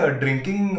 drinking